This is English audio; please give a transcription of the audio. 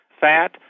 fat